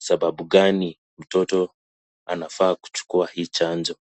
sababu gani mtoto anafaa kuchukua hii chanjo.